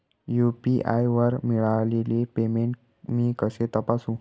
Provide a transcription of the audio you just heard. UPI वर मिळालेले payment मी कसे तपासू?